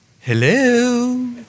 hello